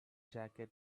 jacket